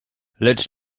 lecz